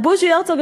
ובוז'י הרצוג,